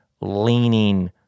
leaning